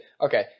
okay